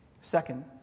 Second